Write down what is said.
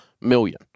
million